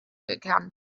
bekannt